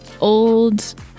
old